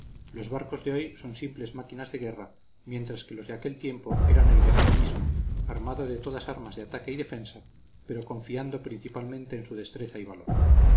los barcos de hoy son simples máquinas de guerra mientras los de aquel tiempo eran el guerrero mismo armado de todas armas de ataque y defensa pero confiando principalmente en su destreza y valor